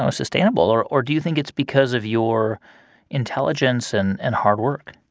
um sustainable? or or do you think it's because of your intelligence and and hard work?